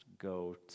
go